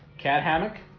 cat hammock